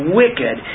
wicked